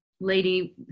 lady